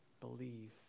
believe